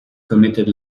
committed